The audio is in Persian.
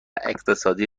اقتصادی